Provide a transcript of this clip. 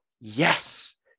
yes